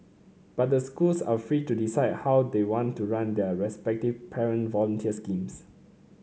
but the schools are free to decide how they want to run their respective parent volunteer schemes